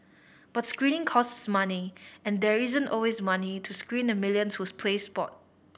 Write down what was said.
but screening costs money and there isn't always money to screen the millions who's play sport